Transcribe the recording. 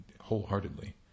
wholeheartedly